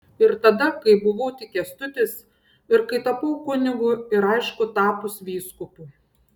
ir tada kai buvau tik kęstutis ir kai tapau kunigu ir aišku tapus vyskupu